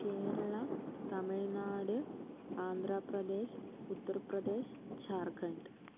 Kerala Tamil Nadu Andhra Pradesh Uttar Pradesh Jharkhand